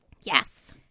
yes